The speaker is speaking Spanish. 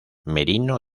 merino